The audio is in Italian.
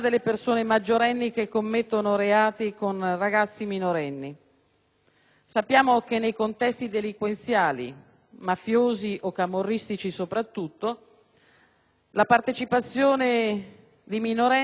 Sappiamo che nei contesti delinquenziali, mafiosi o camorristici soprattutto, la partecipazione dei minorenni ai reati è assolutamente volontaria